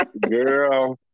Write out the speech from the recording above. Girl